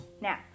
Now